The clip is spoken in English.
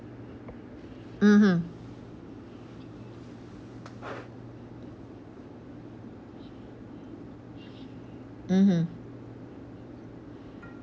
mmhmm mmhmm